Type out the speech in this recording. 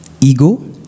ego